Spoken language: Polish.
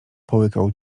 połykał